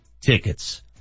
tickets